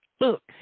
look